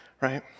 right